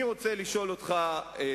אני רוצה לשאול אותך.